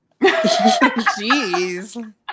Jeez